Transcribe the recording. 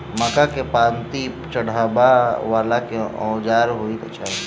मक्का केँ पांति चढ़ाबा वला केँ औजार होइ छैय?